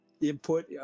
input